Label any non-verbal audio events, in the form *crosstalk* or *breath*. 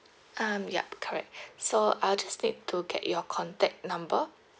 um yup correct *breath* so I'll just need to get your contact number